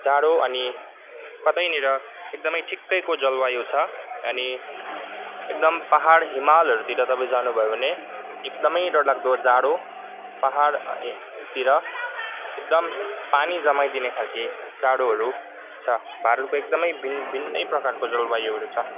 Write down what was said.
जाडो अनि कतैनिर एकदमै ठिकैको जलवायु छ अनि एकदम पहाड हिमालहरूतिर तपाईँ जानुभयो भने एकदमै डरलाग्दो जाडो पहाडतिर एकदम पानि जमाइदिने खालको जाडोहरू छ भारतको एकदमै भिन्न भिन्नै प्रकारको जलवायुहरू छ